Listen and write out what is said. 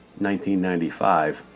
1995